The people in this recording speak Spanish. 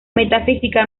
metafísica